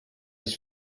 his